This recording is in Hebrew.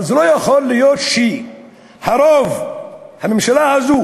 אבל לא יכול להיות שהרוב, הממשלה הזאת